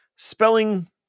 Spelling